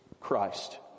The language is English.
Christ